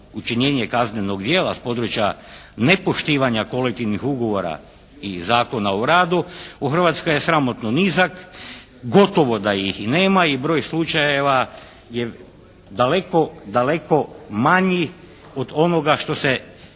učinjenje kaznenog djela sa područja nepoštivanja kolektivnih ugovora i Zakona o radu u Hrvatskoj je sramotno nizak, gotovo da ih i nema i broj slučajeva je daleko, daleko manji od onoga što se